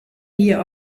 hier